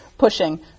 pushing